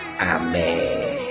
Amen